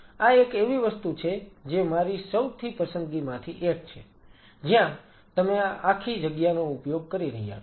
આ એક એવી વસ્તુ છે જે મારી સૌથી પસંદગીમાંથી એક છે જ્યાં તમે આ આખી જગ્યાનો ઉપયોગ કરી રહ્યા છો